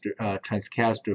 transcaster